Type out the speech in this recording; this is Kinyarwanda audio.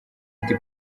ati